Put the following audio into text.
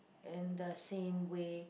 in the same way